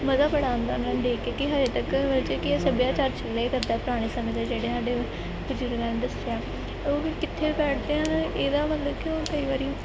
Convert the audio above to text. ਮਜ਼ਾ ਬੜਾ ਆਉਂਦਾ ਉਹਨਾਂ ਨੂੰ ਦੇਖ ਕੇ ਕਿ ਹਜੇ ਤੱਕ ਹਜੇ ਕੀ ਹੈ ਸੱਭਿਆਚਾਰ ਚੱਲਿਆ ਹੀ ਕਰਦਾ ਪੁਰਾਣੇ ਸਮੇਂ ਦੇ ਜਿਹੜੇ ਸਾਡੇ ਬਜ਼ੁਰਗਾਂ ਨੇ ਦੱਸਿਆ ਉਹ ਵੀ ਕਿੱਥੇ ਬੈਠਦੇ ਹਨ ਇਹਦਾ ਮਤਲਬ ਕਿ ਉਹ ਕਈ ਵਾਰੀ